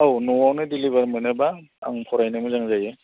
औ न'आवनो डिलिभार मोनोब्ला आं फरायनो मोजां जायो